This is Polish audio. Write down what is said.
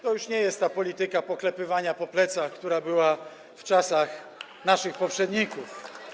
to już nie jest ta polityka poklepywania po plecach, która była w czasach naszych poprzedników.